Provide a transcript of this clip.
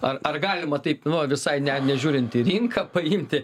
ar ar galima taip nuo visai ne nežiūrint į rinką paimti